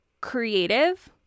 creative